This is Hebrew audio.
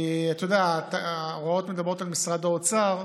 כי ההוראות מדברות על משרד האוצר.